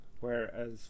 Whereas